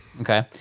Okay